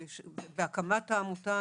בהקמת העמותה,